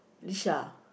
Lisha